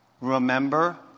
Remember